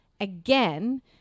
again